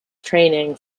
training